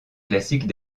classiques